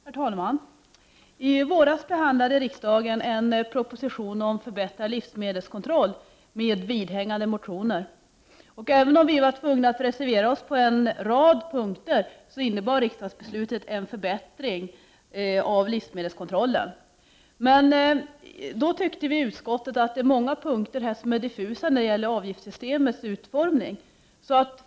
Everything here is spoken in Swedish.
Herr talman! I våras behandlade riksdagen en proposition om förbättrad livsmedelskontroll och motioner i anslutning till den. Även om vi från miljöpartiet var tvungna att reservera oss på en rad punkter innebar riksdagsbeslutet en förbättring av livsmedelskontrollen. Utskottsmajoriteten ansåg då att många punkter när det gäller avgiftssystemets utformning var diffusa.